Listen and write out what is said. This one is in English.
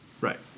Right